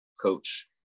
coach